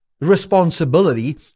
responsibility